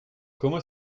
comment